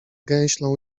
gęślą